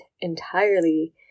entirely